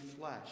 flesh